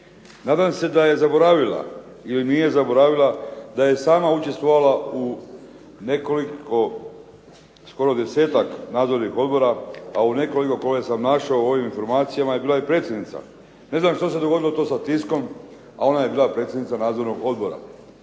Nadam se da je zaboravila ili nije zaboravila da je i sama učestvovala u nekoliko, skoro 10-ak nadzornih odbora, a u nekoliko koje sam našao u ovim informacijama je bila i predsjednica. Ne znam što se dogodilo to sa "Tiskom", a ona je bila predsjednica nadzornog odbora,